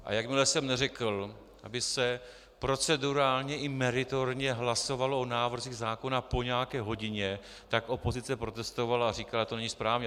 A jakmile jsem neřekl, aby se procedurálně i meritorně hlasovalo o návrzích zákona po nějaké hodině, tak opozice protestovala a říkala, že to není správně.